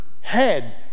head